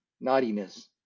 naughtiness